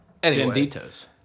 Banditos